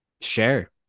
share